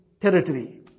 territory